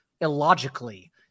illogically